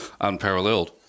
unparalleled